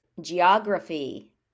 geography